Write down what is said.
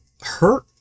hurt